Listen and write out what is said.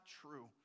true